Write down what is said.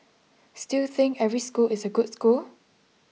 still think every school is a good school